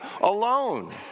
alone